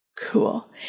Cool